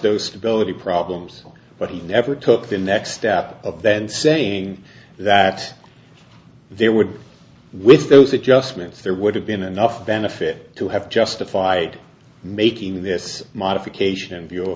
those stability problems but he never took the next step of then saying that there would be with those adjustments there would have been enough benefit to have justified making this modification